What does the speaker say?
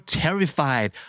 terrified